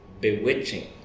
bewitching